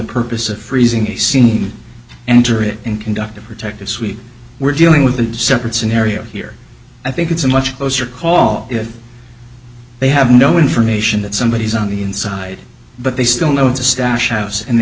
purpose of freezing a scene and or it and conduct a protective suite we're dealing with a separate scenario here i think it's a much closer call if they have no information that somebody is on the inside but they still know it's a stash house and they